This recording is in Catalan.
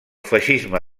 feixisme